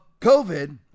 COVID